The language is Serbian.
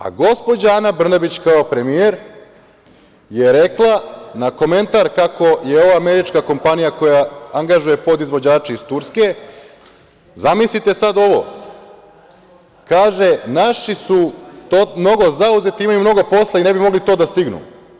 A, gospođa Ana Brnabić, kao premijer, je rekla na komentar kako je ova američka kompanija koja angažuje podizvođače iz Turske, zamislite sad ovo, kaže – naši su mnogo zauzeti, imaju mnogo posla i ne bi mogli to da stignu.